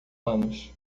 anos